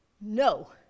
No